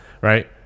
right